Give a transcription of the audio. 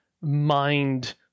mind